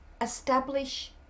establish